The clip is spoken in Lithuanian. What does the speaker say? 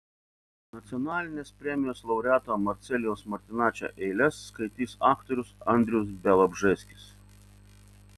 nacionalinės premijos laureato marcelijaus martinaičio eiles skaitys aktorius andrius bialobžeskis